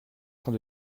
train